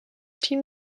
team